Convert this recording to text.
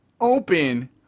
open